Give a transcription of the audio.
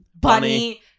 bunny